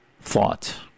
thought